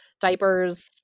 diapers